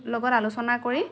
লগত আলোচনা কৰি